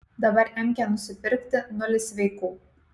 dabar emkę nusipirkti nulis sveikų